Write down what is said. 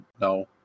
no